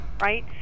right